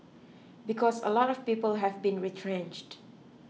because a lot of people have been retrenched